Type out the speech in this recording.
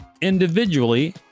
Individually